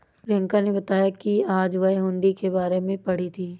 प्रियंका ने बताया कि आज वह हुंडी के बारे में पढ़ी थी